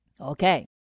Okay